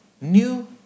new